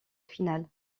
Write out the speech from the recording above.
finale